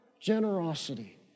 generosity